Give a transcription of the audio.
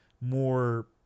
more